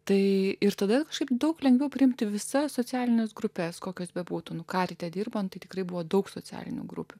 tai ir todėl kažkaip daug lengviau priimti visas socialines grupes kokios bebūtų nu karite dirbant tikrai buvo daug socialinių grupių